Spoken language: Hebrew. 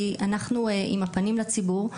כי אנחנו עם הפנים לציבור,